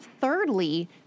thirdly